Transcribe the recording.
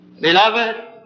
Beloved